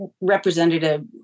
representative